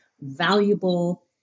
valuable